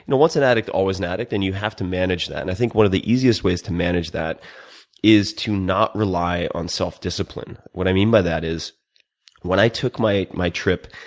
and once an addict, always an addict, and you have to manage that. and i think one of the easiest ways to manage that is to not rely on self-discipline. what i mean by that is when i took my my trip